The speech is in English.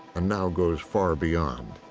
and now goes far beyond.